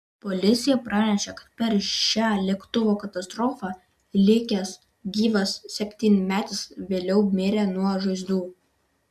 policija pranešė kad per šią lėktuvo katastrofą likęs gyvas septynmetis vėliau mirė nuo žaizdų